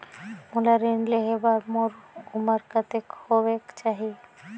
मोला ऋण लेहे बार मोर उमर कतेक होवेक चाही?